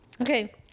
Okay